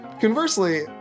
Conversely